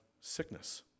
sickness